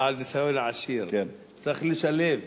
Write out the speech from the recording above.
בעל ניסיון עשיר, צריך לשלב